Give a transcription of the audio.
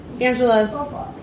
Angela